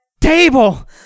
table